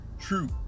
true